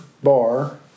bar